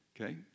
okay